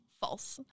False